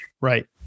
Right